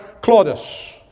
Claudius